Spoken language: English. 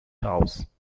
house